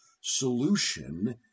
solution